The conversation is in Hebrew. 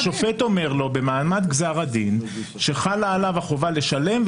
השופט אומר לו במעמד גזר הדין שחלה עליו החובה לשלם,